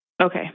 Okay